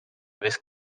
vez